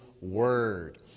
word